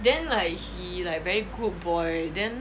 then like he like very good boy then